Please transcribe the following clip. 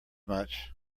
much